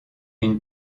une